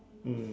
mm